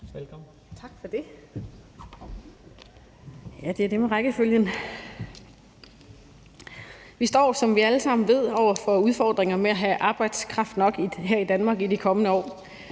(LA): Tak for det. Vi står, som vi alle sammen ved, over for udfordringer med at have arbejdskraft nok her i Danmark i de kommende år.